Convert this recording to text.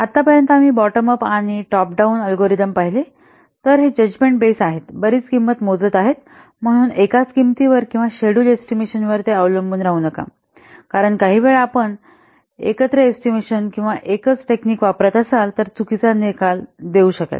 आतापर्यंत आम्ही bottom up आनि टॉप डाउन अल्गोरिदम पहिले तर हे जजमेंट बेस आहे बरीच किंमत मोजत आहे म्हणून एकाच किंमतीवर किंवा शेड्यूल एस्टिमेशनावर अवलंबून राहू नका कारण काहीवेळा आपण एकल एस्टिमेशन किंवा एकच टेक्निक वापरत असाल तर चुकीचा निकाल देऊ शकेल